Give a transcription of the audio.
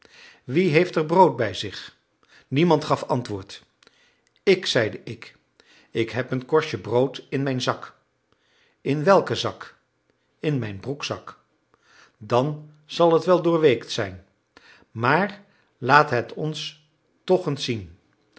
wie heeft er brood bij zich niemand gaf antwoord ik zeide ik ik heb een korstje brood in mijn zak in welken zak in mijn broekzak dan zal het wel doorweekt zijn maar laat het ons toch eens zien